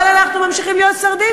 אבל אנחנו ממשיכים להיות סרדינים,